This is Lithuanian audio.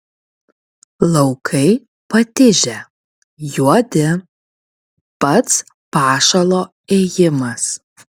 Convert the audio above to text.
laukai patižę juodi pats pašalo ėjimas